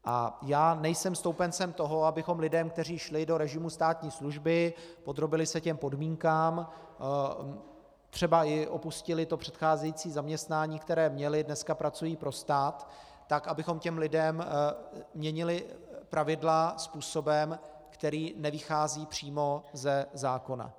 A já nejsem stoupencem toho, abychom lidem, kteří šli do režimu státní služby, podrobili se těm podmínkám, třeba i opustili to předcházející zaměstnání, které měli, dneska pracují pro stát, tak abychom těm lidem měnili pravidla způsobem, který nevychází přímo ze zákona.